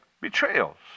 Betrayals